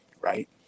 right